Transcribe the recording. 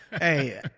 Hey